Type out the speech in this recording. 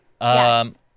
Yes